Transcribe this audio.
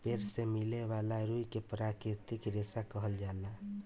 पेड़ से मिले वाला रुई के प्राकृतिक रेशा कहल जाला